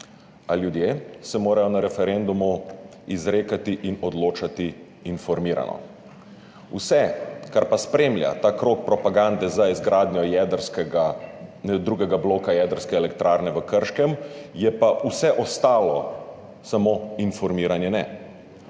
A ljudje se morajo na referendumu izrekati in odločati informirano. Vse, kar pa spremlja ta krog propagande za izgradnjo drugega bloka jedrske elektrarne v Krškem, je pa vse ostalo, samo informiranje ne.